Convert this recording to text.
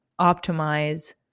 optimize